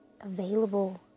available